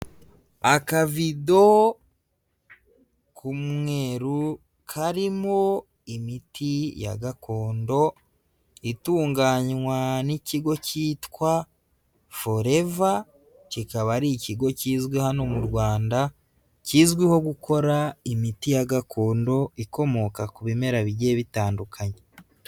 Akavido k'umweru karimo imiti ya gakondo itunganywa n'ikigo cyitwa Forever, kikaba ari ikigo kizwi hano mu Rwanda, kizwiho gukora imiti ya gakondo ikomoka ku bimera bigiye bitandukanye.